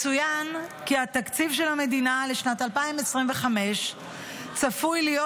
"יצוין כי התקציב של המדינה לשנת 2025 צפוי להיות